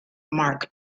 mark